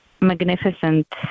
magnificent